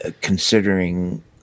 considering